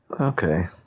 Okay